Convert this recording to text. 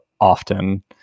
often